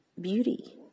beauty